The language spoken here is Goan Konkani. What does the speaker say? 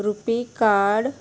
रुपी कार्ड